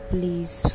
Please